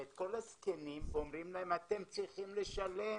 ואת כל הזקנים ואומרים להם - אתם צריכים לשלם